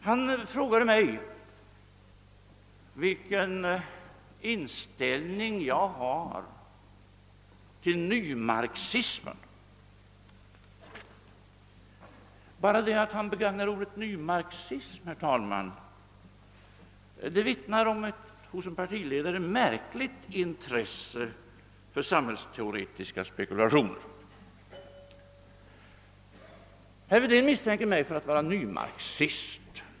Han frågade mig vilken inställning jag har till nymarxismen. Bara det att han begagnar ordet nymarxism vittnar om ett hos en partiledare märkligt intresse för sambhällsteoretiska spekulationer. Herr Wedén misstänker mig för att vara nymarxist.